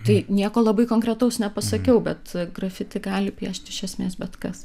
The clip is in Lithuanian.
tai nieko labai konkretaus nepasakiau bet grafiti gali piešti iš esmės bet kas